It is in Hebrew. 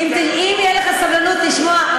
אם תהיה לך סבלנות לשמוע,